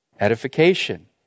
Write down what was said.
Edification